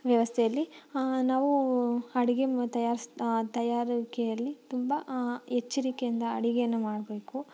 ವ್ಯವಸ್ಥೆಯಲ್ಲಿ ನಾವು ಅಡುಗೆ ತಯಾರ್ಸಿ ತಯಾರಿಕೆಯಲ್ಲಿ ತುಂಬ ಎಚ್ಚರಿಕೆಯಿಂದ ಅಡಿಗೆಯನ್ನು ಮಾಡಬೇಕು